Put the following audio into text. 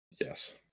Yes